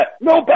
no